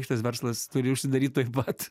šitas verslas turi užsidaryt tuoj pat